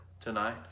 tonight